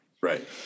Right